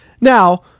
Now